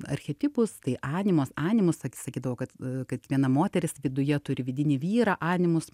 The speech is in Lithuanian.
archetipus tai animos animus sak sakydavo kad kad viena moteris viduje turi vidinį vyrą animus